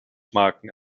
marken